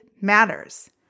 matters